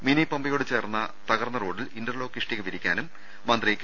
mini പമ്പയോട് ചേർന്ന തകർന്ന റോഡിൽ ഇന്റർലോക്ക് ഇഷ്ടിക വിരിക്കാനും മന്ത്രി കെ